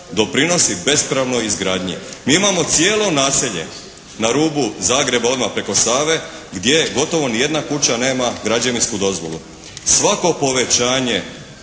doprinosi bespravnoj izgradnji. Mi imamo cijele naselje na rubu Zagreba odmah preko Save gdje gotovo ni jedna kuća nema građevinsku dozvolu. Svako povećanje